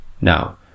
Now